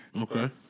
Okay